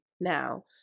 now